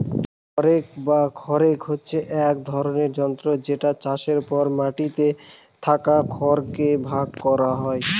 হে rake বা খড় rake হচ্ছে এক ধরনের যন্ত্র যেটা চাষের পর মাটিতে থাকা খড় কে ভাগ করা হয়